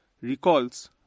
recalls